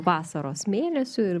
vasaros mėnesiu ir